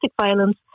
violence